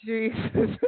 Jesus